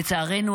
לצערנו,